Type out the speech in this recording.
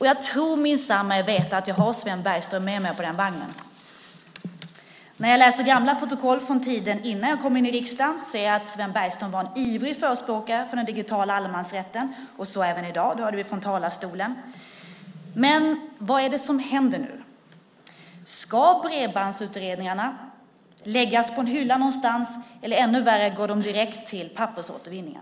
Jag tror mig minsann veta att jag har Sven Bergström med mig på den vagnen. När jag läser gamla protokoll från tiden innan jag kom in i riksdagen ser jag att Sven Bergström var en ivrig förespråkare för den digitala allemansrätten. Det är han även i dag. Det hörde vi från talarstolen. Men vad är det som händer nu? Ska bredbandsutredningarna läggas på en hylla någonstans, eller, ännu värre, går de direkt till pappersåtervinningen?